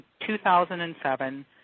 2007